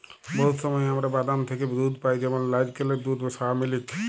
বহুত সময় আমরা বাদাম থ্যাকে দুহুদ পাই যেমল লাইরকেলের দুহুদ, সয়ামিলিক